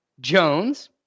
Jones